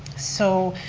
so,